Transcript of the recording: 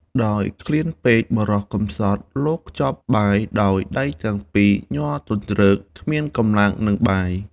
ដោយឃ្លានពេក បុរសកំសត់លាកខ្ចប់បាយដោយ ដៃទាំងពីរញ័រទទ្រើកគ្មានកម្លាំងនិងបាយ ។